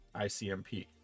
ICMP